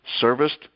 serviced